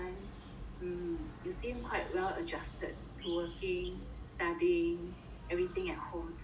hmm you seem quite well adjusted to working studying everything at home